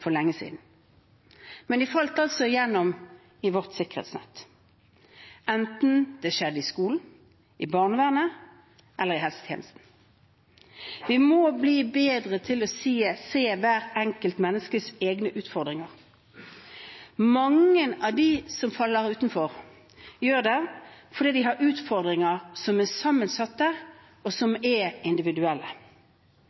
for lenge siden. Men de falt altså gjennom vårt sikkerhetsnett, enten det skjedde i skolen, i barnevernet eller i helsetjenesten. Vi må bli bedre til å se hvert enkelt menneskes egne utfordringer. Mange av dem som faller utenfor, gjør det fordi de har utfordringer som er sammensatte, og som